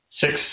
six